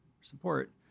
support